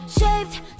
Shaped